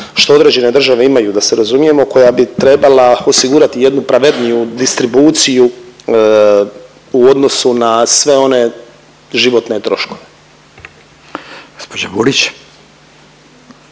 što određene države imaju, da se razumijemo, koja bi trebala osigurati jednu pravedniju distribuciju u odnosu na sve one životne troškove. **Radin, Furio